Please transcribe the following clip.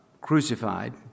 crucified